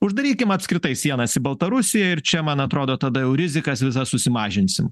uždarykim apskritai sienas į baltarusiją ir čia man atrodo tada jau rizikas visas susimažinsim